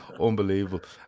Unbelievable